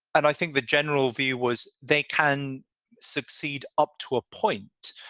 and i think the general view was they can succeed up to a point.